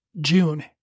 june